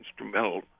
instrumental